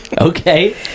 Okay